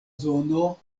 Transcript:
zono